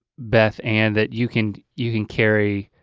beth ann that you can you can carry